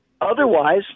Otherwise